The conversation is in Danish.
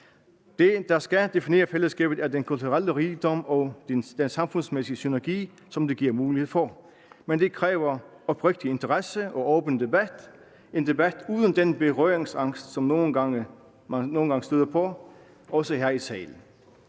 Det, der skal definere fællesskabet, er den kulturelle rigdom og den samfundsmæssige synergi, som det giver mulighed for. Men det kræver oprigtig interesse og åben debat, en debat uden den berøringsangst, man nogle gange støder på, også her i salen.